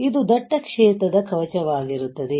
ಇದು ದಟ್ಟ ಕ್ಷೇತ್ರದ ಕವಚವಾಗಿರುತ್ತದೆ